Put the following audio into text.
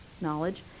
knowledge